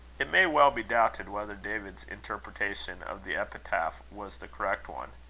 it may well be doubted whether david's interpretation of the epitaph was the correct one.